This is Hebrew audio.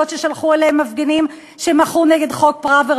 ששלחו אליהן מפגינים שמחו נגד חוק פראוור,